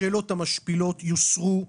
השאלות המשפילות יוסרו,